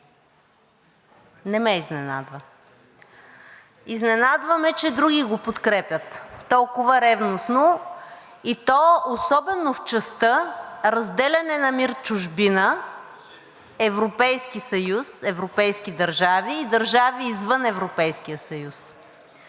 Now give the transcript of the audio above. Не ме изненадва! Изненадва ме, че други го подкрепят толкова ревностно, и то особено в частта: разделяне на МИР „Чужбина“ – Европейски съюз, европейски държави и държави, извън Европейски съюз.